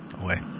away